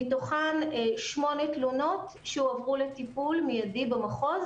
מתוכן שמונה תלונות שהועברו לטיפול מידי במחוז